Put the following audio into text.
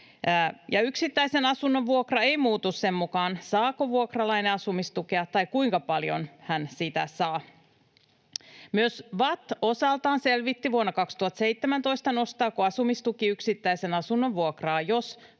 Yksittäisen asunnon vuokra ei muutu sen mukaan, saako vuokralainen asumistukea tai kuinka paljon hän sitä saa.” ”Myös VATT osaltaan selvitti vuonna 2017, nostaako asumistuki yksittäisen asunnon vuokraa,